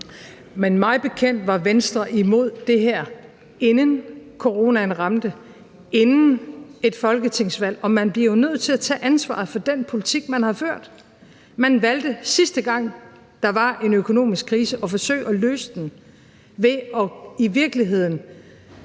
Men mig bekendt var Venstre imod det her, inden coronaen ramte, inden folketingsvalget, og man bliver nødt til at tage ansvaret for den politik, man har ført. Man valgte, sidste gang der var en økonomisk krise, at forsøge at løse den ved i virkeligheden